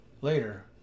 Later